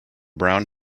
brown